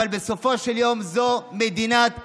אבל בסופו של יום זו מדינת היהודים.